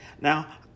Now